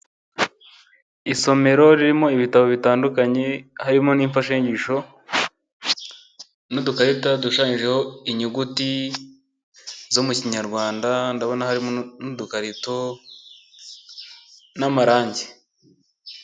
Isomero ririmo ibitabo bitandukanye harimo n'imfashanyigisho, n'udukarita dushushanyijeho inyuguti zo mu Kinyarwanda ndabona harimo n'udukarito n'amarangi.